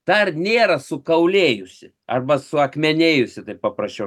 dar nėra sukaulėjusi arba suakmenėjusi taip paprasčiau